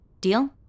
Deal